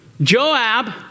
Joab